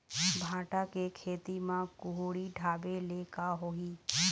भांटा के खेती म कुहड़ी ढाबे ले का होही?